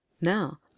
now